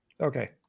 Okay